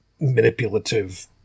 manipulative